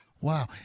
Wow